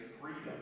freedom